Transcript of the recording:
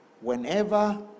whenever